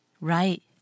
Right